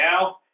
now